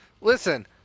Listen